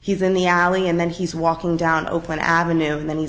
he's in the alley and then he's walking down open avenue and then he's